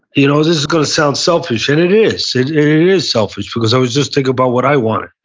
you know is is going to sound selfish, and it is, it is selfish, because i was just thinking about what i wanted,